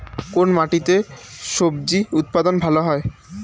কোন মাটিতে স্বজি উৎপাদন ভালো হয়?